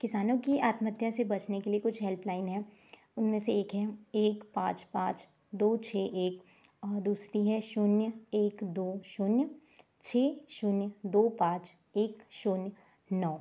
किसानों की आत्महत्या से बचने के लिए कुछ हेल्पलाइन है उनमें से एक है एक पाँच पाँच दो छः एक और दूसरी है शून्य एक दो शून्य छः शून्य दो पाँच एक शून्य नौ